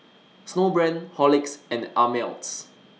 Snowbrand Horlicks and Ameltz